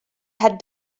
had